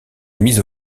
mise